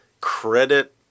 credit